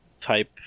type